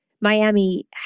Miami